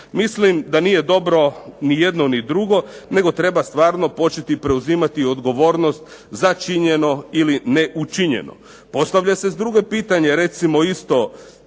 Mislim da nije dobro ni jedno ni drugo, nego treba stvarno početi preuzimati odgovornost za činjeno ili neučinjeno. Postavlja se drugo pitanje recimo isto